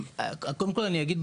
קודם כל אני אגיד,